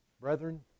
Brethren